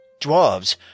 dwarves